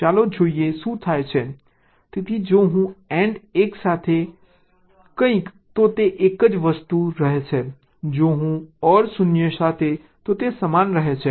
તેથી જો હું AND 1 સાથે કંઈક તો તે એક જ વસ્તુ રહે છે જો હું OR 0 સાથે તે સમાન રહે છે